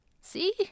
See